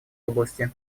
области